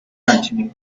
continued